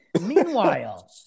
Meanwhile